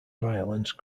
violence